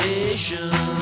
Nation